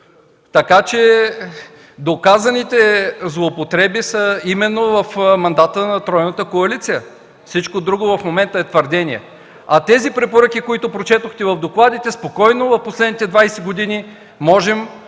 Доказаните злоупотреби са именно в мандата на Тройната коалиция, всичко друго в момента са твърдения. Тези препоръки, които прочетохте в докладите, спокойно в последните 20 години можем да ги